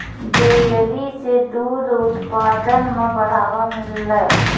dairy सें दूध उत्पादन म बढ़ावा मिललय